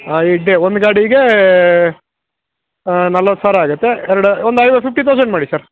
ಹಾಂ eight day ಒಂದು ಗಾಡಿಗೆ ನಲವತ್ತು ಸಾವಿರ ಆಗುತ್ತೆ ಎರಡು ಒಂದು ಐವ ಫಿಫ್ಟಿ ಥೌಸಂಡ್ ಮಾಡಿ ಸರ್